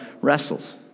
wrestles